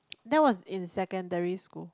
that was in secondary school